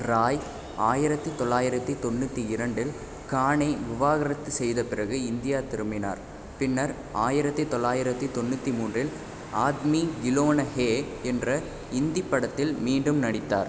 ராய் ஆயிரத்தி தொள்ளாயிரத்தி தொண்ணூற்றி இரண்டில் கானை விவாகரத்து செய்த பிறகு இந்தியா திரும்பினார் பின்னர் ஆயிரத்தி தொள்ளாயிரத்தி தொண்ணூற்றி மூன்றில் ஆத்மி கிலோனா ஹேய் என்ற இந்தி படத்தில் மீண்டும் நடித்தார்